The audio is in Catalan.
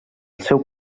seu